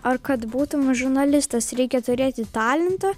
ar kad būtum žurnalistas reikia turėti talento